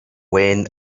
when